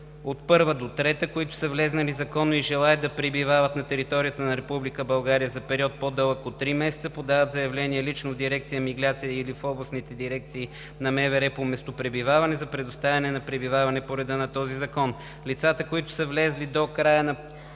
по ал. 1 – 3, които са влезли законно и желаят да пребивават на територията на Република България за период по дълъг от три месеца, подават заявление лично в дирекция „Миграция“ или в областните дирекции на МВР по местопребиваване за предоставяне на пребиваване по реда на този закон. Лицата, които са влезли до края на